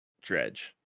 Dredge